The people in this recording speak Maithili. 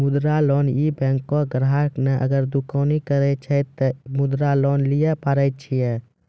मुद्रा लोन ये बैंक ग्राहक ने अगर दुकानी करे छै ते मुद्रा लोन लिए पारे छेयै?